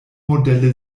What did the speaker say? modelle